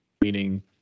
meaning